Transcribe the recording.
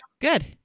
Good